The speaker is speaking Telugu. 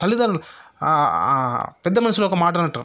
తల్లిదండ్రులు ఆ ఆ పెద్దమనుషులు ఒకమాట అంటారు